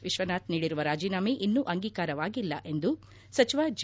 ವಿಶ್ವನಾಥ್ ನೀಡಿರುವ ರಾಜೀನಾಮೆ ಇನ್ನೂ ಅಂಗೀಕಾರವಾಗಿಲ್ಲ ಎಂದು ಸಚಿವ ಜಿ